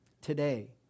today